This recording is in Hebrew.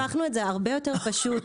בהצעה האחרונה הפכנו את זה להרבה יותר פשוט.